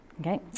okay